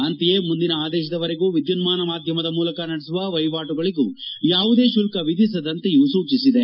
ಅಂತೆಯೇ ಮುಂದಿನ ಆದೇಶದವರೆಗೂ ವಿದ್ನುನ್ನಾನ ಮಾಧ್ಯಮದ ಮೂಲಕ ನಡೆಸುವ ವಹಿವಾಟುಗಳಿಗೂ ಯಾವುದೇ ಶುಲ್ಲ ವಿಧಿಸದಂತೆಯೂ ಸೂಚಿಸಿದೆ